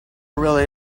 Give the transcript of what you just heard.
really